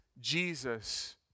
Jesus